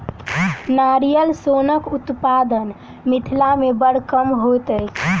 नारियल सोनक उत्पादन मिथिला मे बड़ कम होइत अछि